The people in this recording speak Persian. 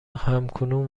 همکنون